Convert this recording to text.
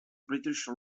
british